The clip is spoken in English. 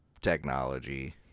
technology